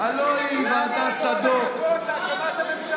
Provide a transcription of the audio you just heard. למה לא לחכות להקמת הממשלה,